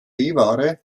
ware